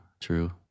true